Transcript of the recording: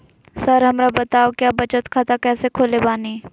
Sir हमरा बताओ क्या बचत खाता कैसे खोले बानी?